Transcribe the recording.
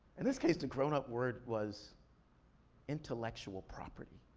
in this case, the grown-up word was intellectual property.